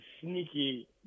sneaky